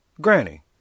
Granny